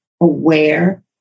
aware